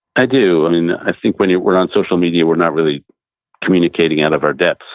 i do. i mean, i think when yeah we're on social media, we're not really communicating out of our depths.